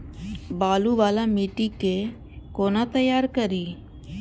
बालू वाला मिट्टी के कोना तैयार करी?